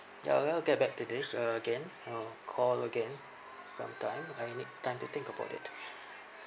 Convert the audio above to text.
I will get back to this again I'll call again sometime I need time to think about it